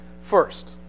First